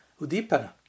udipana